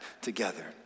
together